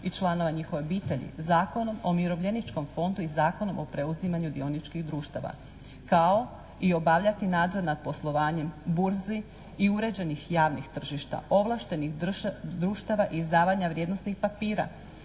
i članova njihovih obitelji, Zakonom o umirovljeničkom fondu i Zakonom o preuzimanju dioničkih društava kao i obavljati nadzor nad poslovanjem burzi i uređenih javnih tržišta ovlaštenih društava izdavanja vrijednosnih papira,